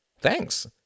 Thanks